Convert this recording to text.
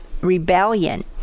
rebellion